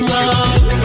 Love